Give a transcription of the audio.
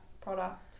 product